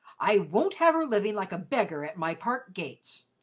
i won't have her living like a beggar at my park gates.